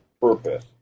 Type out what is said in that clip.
purpose